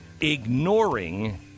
ignoring